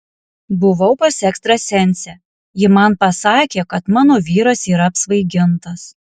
buvau pas ekstrasensę ji man pasakė kad mano vyras yra apsvaigintas